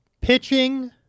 Pitching